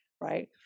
right